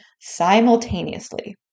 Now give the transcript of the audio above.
simultaneously